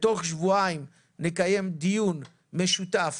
עוד שבועיים נקיים דיון משותף